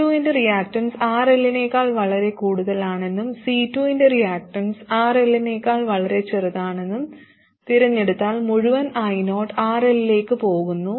L2 ന്റെ reactance RL നേക്കാൾ വളരെ കൂടുതലാണെന്നും C2 ന്റെ റീക്ടൻസ് RL നേക്കാൾ വളരെ ചെറുതാണെന്നും തിരഞ്ഞെടുത്താൽ മുഴവൻ io RL ലേക്ക് പോകുന്നു